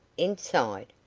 inside?